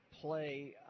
play